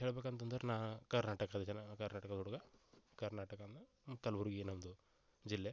ಹೇಳ್ಬೇಕಂತಂದ್ರೆ ನಾ ಕರ್ನಾಟಕದ ಜನ ಕರ್ನಾಟಕದ ಹುಡ್ಗ ಕರ್ನಾಟಕದಲ್ಲಿ ಕಲ್ಬುರ್ಗಿ ಅನ್ನೋ ಒಂದು ಜಿಲ್ಲೆ